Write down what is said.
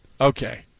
Okay